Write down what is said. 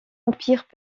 empires